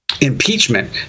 Impeachment